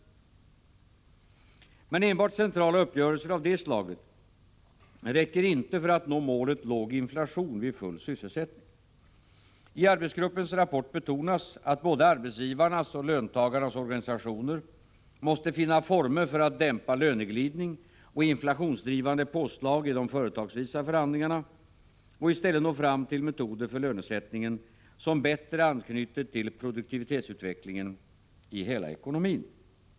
Men enbart centrala uppgörelser av detta slag räcker inte för att nå målet låg inflation vid full sysselsättning. I arbetsgruppens rapport betonas att både arbetsgivarnas och löntagarnas organisationer måste finna former för att dämpa löneglidning och inflationsdrivande påslag i de företagsvisa förhandlingarna och i stället nå fram till metoder för lönesättningen som bättre anknyter till produktivitetsutvecklingen i hela ekonomin.